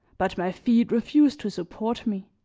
but my feet refused to support me.